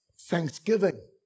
thanksgiving